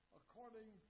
according